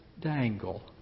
dangle